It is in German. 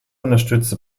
unterstützte